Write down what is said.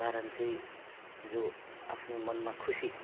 कारण चाहिँ जो आफ्नो मनमा खुसी